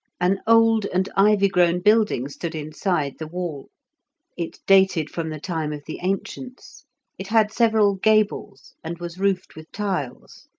an old and ivy-grown building stood inside the wall it dated from the time of the ancients it had several gables, and was roofed with tiles.